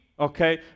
okay